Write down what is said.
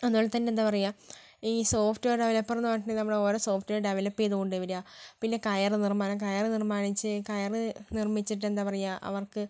അതുപോലെ തന്നെ എന്താ പറയാ ഈ സോഫ്റ്റ് വെയർ ഡെവലപ്പർന്ന് പറഞ്ഞിട്ടുണ്ടെങ്കിൽ നമ്മള് ഓരോ സോഫ്റ്റ് വെയർ ഡെവലപ്പ് ചെയ്ത് കൊണ്ട് വരിക പിന്നെ കയർ നിർമ്മാണം കയർ നിർമ്മാണിച്ച് കയർ നിർമ്മിച്ചിട്ട് എന്താ പറയാ അവർക്ക്